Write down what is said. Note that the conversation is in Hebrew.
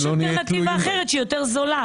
יש אלטרנטיבה אחרת שהיא זולה יותר.